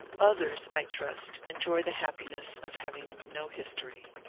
others i trust enjoy the happiness of hav ing no history.